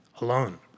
alone